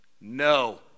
no